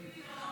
יש לי פתרון.